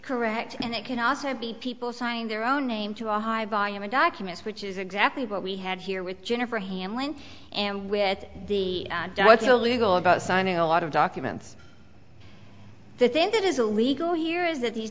correct and it can also be people signing their own name to a high volume of documents which is exactly what we had here with jennifer hamlin and with the what's illegal about signing a lot of documents the thing that is a legal here is that these